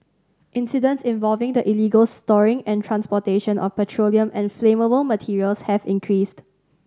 incidents involving the illegal storing and transportation of petroleum and flammable materials have increased